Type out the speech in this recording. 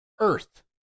earth